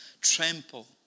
trample